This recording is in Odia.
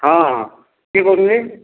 ହଁ ହଁ କିଏ କହୁଥିଲେ